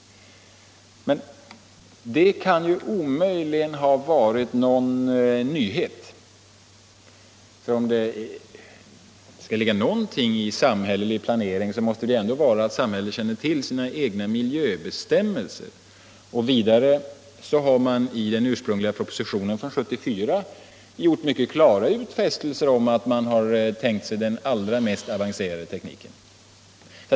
Men miljökostnadshöjningarna kan omöjligen ha varit någon nyhet. Om det skall vara någon mening med samhällelig planering måste samhället ändå känna till sina egna miljöbestämmelser. Vidare har man i den ursprungliga propositionen från år 1974 gjort mycket klara utfästelser om att man har tänkt sig den allra mest avancerade tekniken.